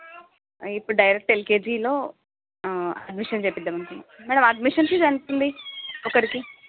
ఇప్పుడు డైరెక్ట్ ఎల్కేజీలో అడ్మిషన్ చేయిపిద్దాం అనుకుంటున్నాము మ్యాడం అడ్మిషన్ అడ్మిషన్ ఫీజు ఎంతుంది ఒకరికి